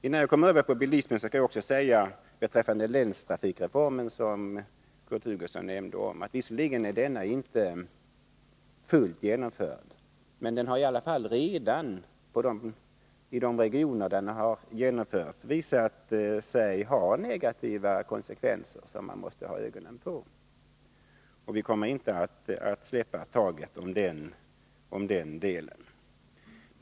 Innan jag går över till frågan om bilismen vill jag säga att länstrafikreformen, som Kurt Hugosson också omnämnde, visserligen inte är fullt genomförd, men den har ändå redan i de regioner där den är genomförd visat sig ha negativa konsekvenser, som man måste hålla ögonen på. Vi kommer inte att släppa taget om den delen.